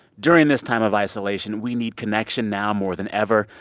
during this time of isolation, we need connection now more than ever.